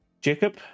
Jacob